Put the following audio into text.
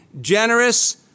generous